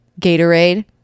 gatorade